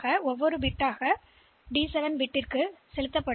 எனவே அடுத்த பிட்டிற்கு வாருங்கள்